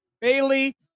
Bailey